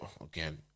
again